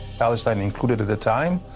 palestine included at the time,